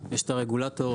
את הרגולטור,